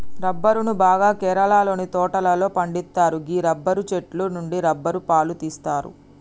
రబ్బరును బాగా కేరళలోని తోటలలో పండిత్తరు గీ రబ్బరు చెట్టు నుండి రబ్బరు పాలు తీస్తరు